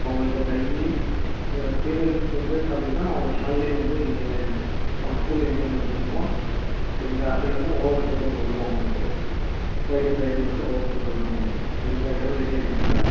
அவங்ளுக்கு டையி ஃபீமேல்சுக்கு வந்து பார்த்தீங்கனா அவங்க ஷால்லேயே வந்து நீங்கள் அவங்க ஸ்கூல் எம்பளம் வச்சுடணும் சரிங்களா அது இல்லாமல் ஓவர் கோட்டு ஒன்று வரும் அவங்களுக்கு ஃப்ரைடே ஃப்ரைடே மட்டும் ஓவர் கோட் வரும் அவங்களுக்கு சரிங்களா எல்லாமே ரெடி ஆகிடுச்சுங்களா